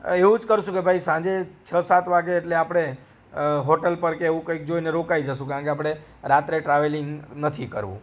એવું જ કરશું કે ભાઈ સાંજે છ સાત વાગે એટલે આપણે હોટલ પર કે એવું કંઈક જોઈને રોકાઈ જઈશું કારણ કે આપણે રાત્રે ટ્રાવેલિંગ નથી કરવું